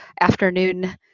afternoon